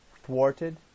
thwarted